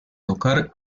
tocar